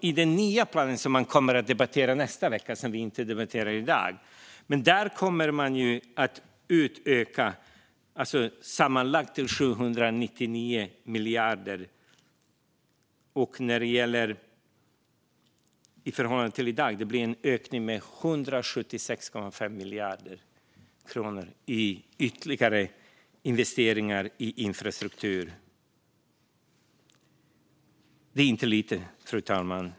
I den nya planen som man kommer att debattera nästa vecka kommer man dessutom att utöka till sammanlagt 799 miljarder. I förhållande till i dag blir det en ökning med 176,5 miljarder kronor i ytterligare investeringar i infrastruktur. Det är inte lite, fru talman.